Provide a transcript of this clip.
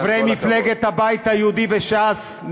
חברי מפלגת הבית היהודי וש"ס,